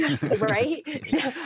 Right